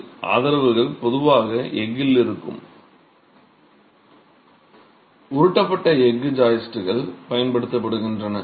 பொதுவாக ஆதரவுகள் எஃகில் இருக்கும் உருட்டப்பட்ட எஃகு ஜாயிஸ்ட்கள் பயன்படுத்தப்படுகின்றன